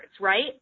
right